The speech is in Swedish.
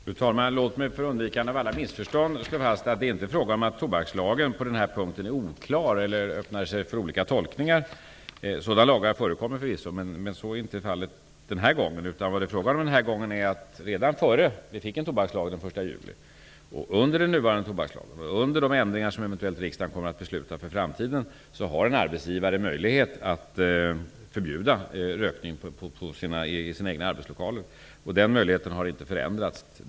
Fru talman! Låt mig för undvikande av alla missförstånd slå fast följande. Det är inte fråga om att tobakslagen på denna punkt är oklar eller öppnar sig för olika tolkningar. Sådana lagar förekommer förvisso, men så är inte fallet denna gång. Redan innan tobakslagen trädde i kraft den 1 juli, vid tillämpningen av den nuvarande tobakslagen och vid de ändringar som riksdagen eventuellt skall besluta om i framtiden hade och har en arbetsgivare möjlighet att förbjuda rökning i sina egna arbetslokaler. Möjligheten har inte ändrats.